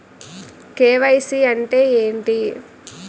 KYC అంటే ఏంటి?